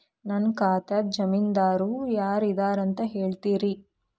ನನ್ನ ಖಾತಾದ್ದ ಜಾಮೇನದಾರು ಯಾರ ಇದಾರಂತ್ ಹೇಳ್ತೇರಿ?